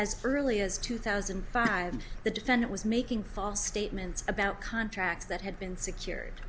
as early as two thousand and five the defendant was making false statements about contracts that had been secured